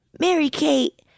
Mary-Kate